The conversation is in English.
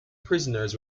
prisoners